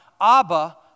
Abba